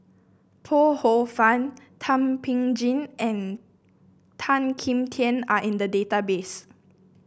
Ho Poh Fun Thum Ping Tjin and Tan Kim Tian are in the database